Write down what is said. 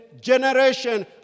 generation